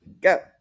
Go